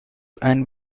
and